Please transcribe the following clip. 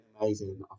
amazing